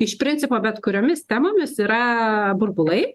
iš principo bet kuriomis temomis yra burbulai